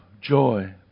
joy